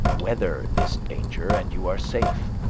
weather this danger and you are safe,